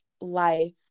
life